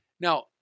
Now